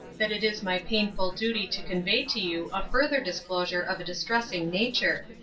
that it is my painful duty to convey to you a further disclosure of a distressing nature.